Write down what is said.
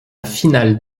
finale